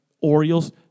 Orioles